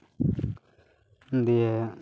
ᱫᱤᱭᱮ